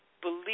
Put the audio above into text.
believe